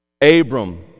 Abram